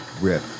rip